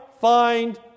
find